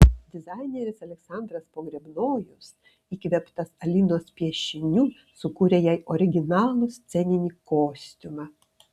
dizaineris aleksandras pogrebnojus įkvėptas alinos piešinių sukūrė jai originalų sceninį kostiumą